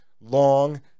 long